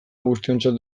guztiontzat